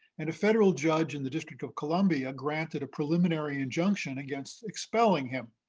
and a federal judge in the district of columbia granted a preliminary injunction against expelling him,